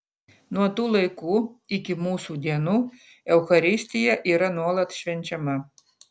nuo tų laikų iki mūsų dienų eucharistija yra nuolat švenčiama